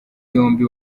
yombi